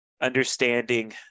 understanding